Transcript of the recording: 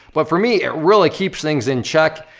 but for me it really keeps things in check,